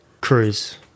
Cruise